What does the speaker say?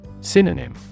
Synonym